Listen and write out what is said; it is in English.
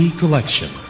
collection